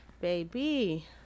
baby